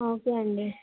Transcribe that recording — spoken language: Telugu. ఓకే అండి